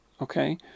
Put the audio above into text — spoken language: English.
okay